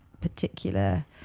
particular